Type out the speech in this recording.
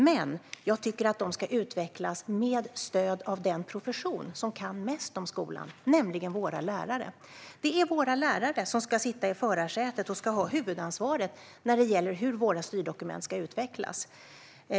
Men jag tycker att de ska utvecklas med stöd av den profession som kan mest om skolan, nämligen våra lärare. Det är våra lärare som ska sitta i förarsätet och ha huvudansvaret när det gäller hur våra styrdokument ska utvecklas.